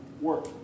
work